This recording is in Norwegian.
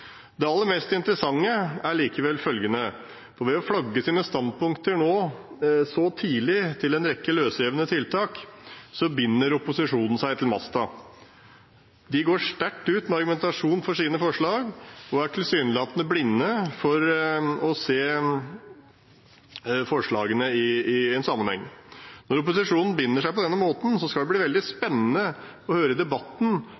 Det aller mest interessante er likevel følgende: Ved å flagge sine standpunkter til en rekke løsrevne tiltak så tidlig binder opposisjonen seg til masten. De går sterkt ut med argumentasjon for sine forslag og er tilsynelatende blinde for å se forslagene i en sammenheng. Når opposisjonen binder seg på denne måten, skal det bli veldig